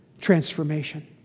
transformation